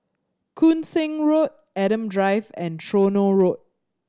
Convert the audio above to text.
Koon Seng Road Adam Drive and Tronoh Road